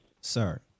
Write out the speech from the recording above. Sir